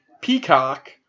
Peacock